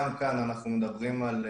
כדי לסבר את האוזן.